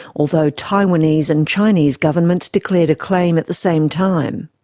although taiwanese and chinese governments declared a claim at the same time.